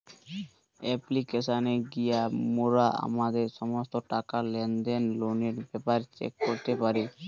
অ্যাপ্লিকেশানে গিয়া মোরা আমাদের সমস্ত টাকা, লেনদেন, লোনের ব্যাপারে চেক করতে পারি